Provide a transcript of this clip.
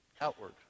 outward